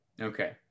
Okay